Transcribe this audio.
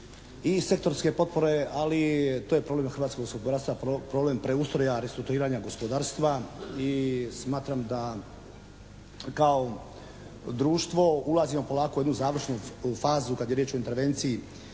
i sektorske potpore, ali to je problem hrvatskog gospodarstva, problem preustroja, restrukturiranja gospodarstva. I smatram da kao društvo ulazimo polako u jednu završnu fazu kad je riječ o intervenciji